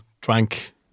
drank